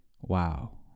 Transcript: wow